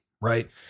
right